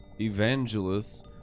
evangelists